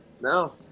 No